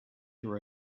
your